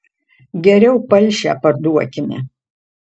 geriau palšę parduokime